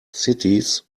cities